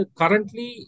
currently